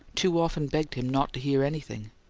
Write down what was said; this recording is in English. too often begged him not to hear anything.